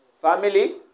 Family